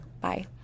Bye